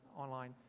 online